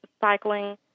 cycling